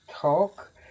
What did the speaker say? talk